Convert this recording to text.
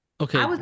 Okay